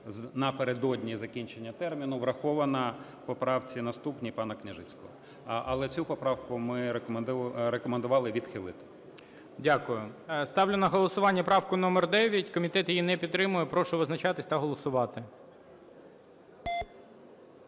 напередодні закінчення терміну врахована в поправці наступній пана Княжицького. Але цю поправку ми рекомендували відхилити. ГОЛОВУЮЧИЙ. Дякую. Ставлю на голосування правку номер 9, комітет її не підтримує. Прошу визначатись та голосувати.